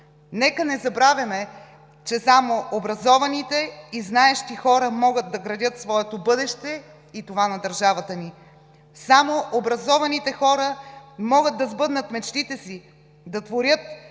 Нека не забравяме, че само образованите и знаещи хора могат да градят своето бъдеще и това на държавата ни. Само образованите хора могат да сбъднат мечтите си, да творят,